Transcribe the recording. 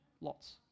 lots